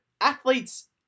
athletes